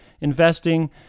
investing